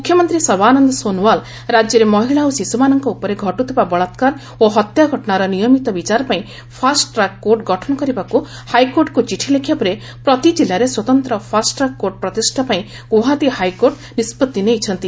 ମୁଖ୍ୟମନ୍ତ୍ରୀ ସର୍ବାନନ୍ଦ ସୋନୱାଲ୍ ରାଜ୍ୟରେ ମହିଳା ଓ ଶିଶୁମାନଙ୍କ ଉପରେ ଘଟୁଥିବା ବଳାକାର ଓ ହତ୍ୟା ଘଟଣାର ନିୟମିତ ବିଚାରପାଇଁ ପାଷ୍ଟ୍ରାକ୍ କୋର୍ଟ ଗଠନ କରିବାକୁ ହାଇକୋର୍ଟଙ୍କୁ ଚିଠି ଲେଖିବା ପରେ ପ୍ରତି ଜିଲ୍ଲାରେ ସ୍ୱତନ୍ତ୍ର ଫାଷ୍ଟ୍ରାକ୍ କୋର୍ଟ ପ୍ରତିଷ୍ଠାପାଇଁ ଗୁଆହାତି ହାଇକୋର୍ଟ ନିଷ୍ପଭି ନେଇଛନ୍ତି